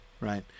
right